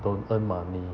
don't earn money